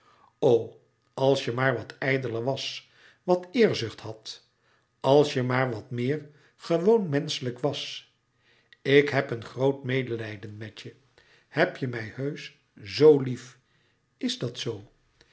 als je maar wat ijdeler was wat eerzucht hadt als je maar wat meer gewoon menschelijk was ik heb een groot medelijden met je heb je mij heusch zoo lief is dat zoo